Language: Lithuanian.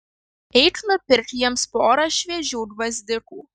eik nupirk jiems porą šviežių gvazdikų